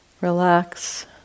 Relax